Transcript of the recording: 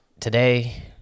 Today